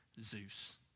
Zeus